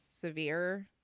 severe